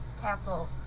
Castle